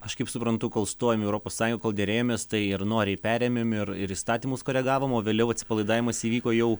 aš kaip suprantu kol stojom į europos sąjun kol derėjomės tai ir noriai perėmėm ir ir įstatymus koregavom o vėliau atsipalaidavimas įvyko jau